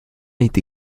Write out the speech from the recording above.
été